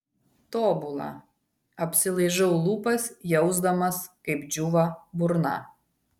tobula apsilaižau lūpas jausdamas kaip džiūva burna